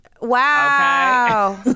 Wow